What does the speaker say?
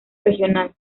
regional